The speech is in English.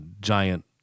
giant